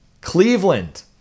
Cleveland